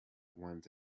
went